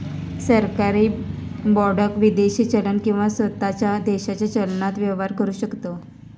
सरकारी बाँडाक विदेशी चलन किंवा स्वताच्या देशाच्या चलनान व्यवहार करु शकतव